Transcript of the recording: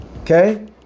okay